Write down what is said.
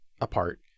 apart